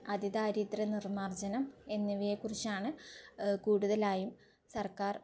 അതി ദാരിദ്ര നിർമ്മാർജ്ജനം എന്നിവയെ കുറിച്ചാണ് കൂടുതലായും സർക്കാർ